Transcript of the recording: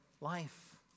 life